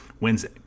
Wednesday